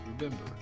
Remember